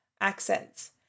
accents